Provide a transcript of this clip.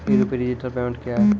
ई rupee digital payment क्या हैं?